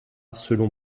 selon